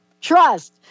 trust